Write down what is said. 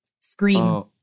Scream